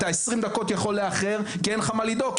אתה 20 דקות יכול לאחר כי אין לך מה לדאוג,